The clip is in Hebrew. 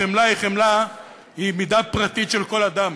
החמלה היא מידה פרטית של כל אדם